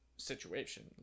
situation